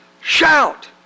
shout